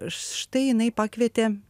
štai jinai pakvietė